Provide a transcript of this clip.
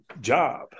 job